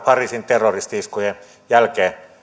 pariisin terroristi iskujen jälkeen